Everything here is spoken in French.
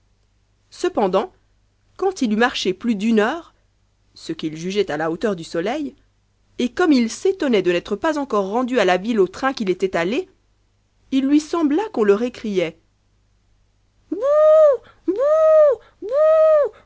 cependant quand ii eut marche plus d'une heure ce qu'il jugeait la hauteur du soleil et comme il s'étonnait do n'ôtre pas oncoro rendu a la ville au train qu'il était allé ii lui sembla qu'on le recriait